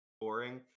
boring